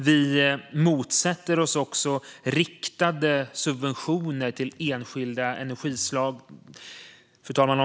Vi motsätter oss också riktade subventioner till enskilda energislag.